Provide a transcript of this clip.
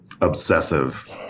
obsessive